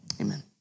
Amen